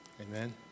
Amen